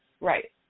Right